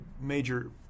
major